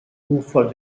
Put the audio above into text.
ufer